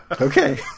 Okay